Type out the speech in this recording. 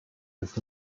with